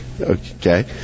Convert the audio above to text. Okay